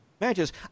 matches